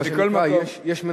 מכל מקום, מה שנקרא: יש מנחם.